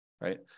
right